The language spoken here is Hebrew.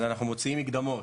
אז אנחנו מוציאים מקדמות,